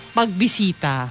pagbisita